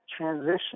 transition